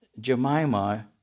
Jemima